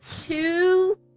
two